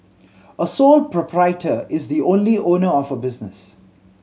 a sole proprietor is the only owner of a business